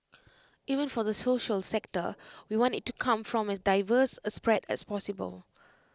even for the social sector we want IT to come from as diverse A spread as possible